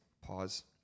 Pause